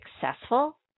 successful